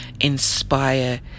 inspire